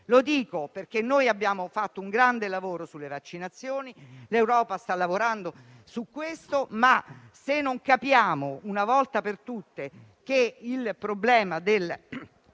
Lo dico perché abbiamo fatto un grande lavoro sulle vaccinazioni e l'Europa sta lavorando su questo, ma dobbiamo capire una volta per tutte che il problema della